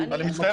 אני חושבת